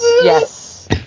yes